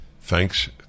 Thanks